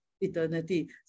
Eternity